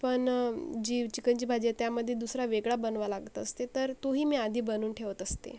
पण जी चिकनची भाजी आहे त्यामध्ये दुसरा वेगळा बनवा लागत असते तर तो ही मी आधी बनवून ठेवत असते